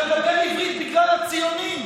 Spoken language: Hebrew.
אתה מדבר עברית בגלל הציונים,